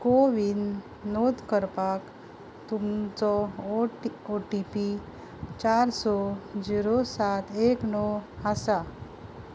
कोवीन नोंद करपाक तुमचो ओटी ओटीपी चार स झिरो सात एक णव आसा